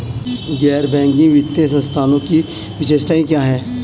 गैर बैंकिंग वित्तीय संस्थानों की विशेषताएं क्या हैं?